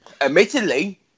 Admittedly